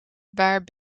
ben